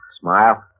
Smile